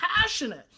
passionate